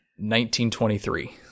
1923